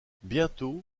bientôt